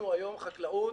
היום החקלאות,